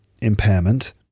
impairment